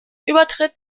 übertritt